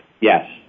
Yes